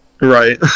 Right